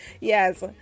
yes